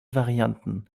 varianten